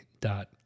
dot